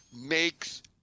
makes